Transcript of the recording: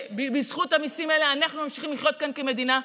ובזכות המיסים האלה אנחנו ממשיכים לחיות כאן כמדינה,